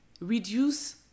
reduce